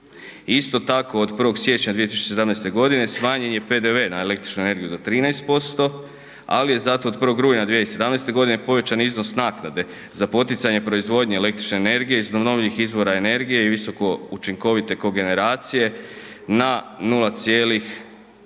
Isto tako, od 1. siječnja 2017. godine, smanjen je PDV na električnu energiju za 13%, ali je zato od 1. rujna 2017. povećan iznos naknade za poticanje proizvodnje električne energije iz obnovljivih izvora energije i visoko učinkovito kogeneracije na 0,1